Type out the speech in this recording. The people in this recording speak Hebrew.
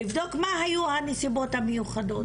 לבדוק מה היו הנסיבות המיוחדות,